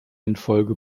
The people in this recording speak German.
infolge